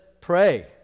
pray